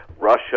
Russia